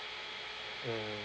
mm